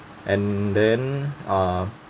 and then uh